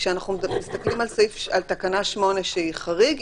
כשאנחנו מסתכלים על תקנה 8 שהיא חריג,